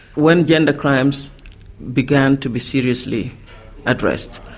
when gender crimes began to be seriously addressed.